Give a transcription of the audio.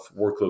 workload